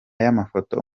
y’amafoto